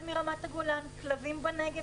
מהגולן, מהנגב.